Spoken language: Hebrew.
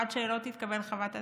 עד שלא תתקבל חוות הדעת,